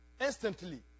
instantly